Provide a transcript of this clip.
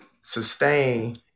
sustain